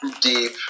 deep